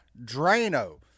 Drano